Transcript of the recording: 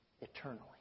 eternally